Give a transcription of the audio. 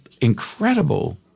incredible